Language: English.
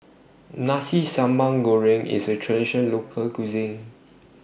Nasi Sambal Goreng IS A Traditional Local Cuisine